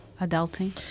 adulting